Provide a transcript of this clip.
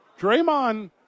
Draymond